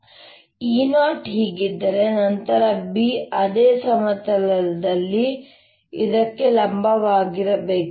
ಆದ್ದರಿಂದ E0 ಹೀಗಿದ್ದರೆ ನಂತರ B ಅದೇ ಸಮತಲದಲ್ಲಿ ಇದಕ್ಕೆ ಲಂಬವಾಗಿರಬೇಕು